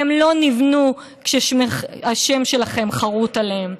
והם לא נבנו כשהשם שלכם חרות עליהם.